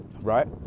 right